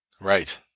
Right